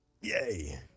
Yay